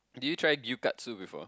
did you try gyukatsu before